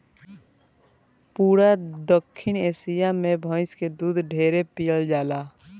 पूरा दखिन एशिया मे भइस के दूध ढेरे पियल जाला